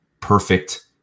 perfect